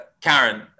Karen